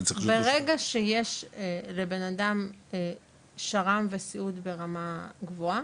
ברגע שיש לבן אדם שר"ם ושירות ברמה גבוהה.